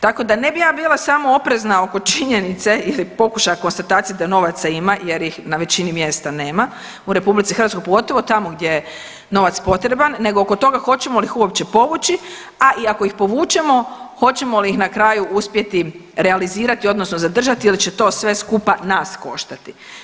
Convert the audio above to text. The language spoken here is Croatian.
Tako da ne bih ja bila samo oprezna oko činjenice ili pokušaja konstatacije da novaca ima jer ih na većini mjesta nema u Republici Hrvatskoj pogotovo tamo gdje je novac potreban nego oko toga hoćemo li ih uopće povući a i ako ih povučemo hoćemo li ih na kraju uspjeti realizirati, odnosno zadržati ili će to sve skupa nas koštati.